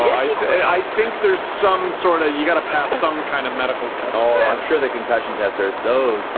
i think there's some sorta, you gotta pass some kind of medical test. oh, i'm sure the concussion tests are so so